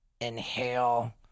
inhale